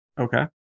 Okay